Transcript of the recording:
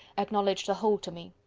acknowledged the whole to me.